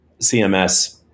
CMS